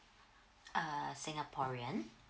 uh singaporean